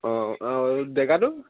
অঁ অঁ জেগাটো